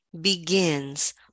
begins